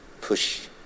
push